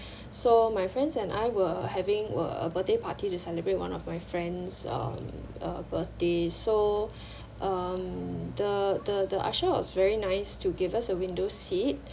so my friends and I were having were a birthday party to celebrate one of my friends um a birthday so um the the the usher was very nice to give us a window seat